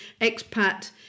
expat